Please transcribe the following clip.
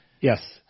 Yes